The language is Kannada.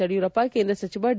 ಯಡಿಯೂರಪ್ಪ ಕೇಂದ್ರ ಸಚಿವ ಡಿ